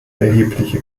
erhebliche